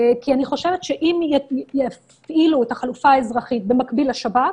כי אני חושבת שאם יפעילו את החלופה האזרחית במקביל לשב"כ,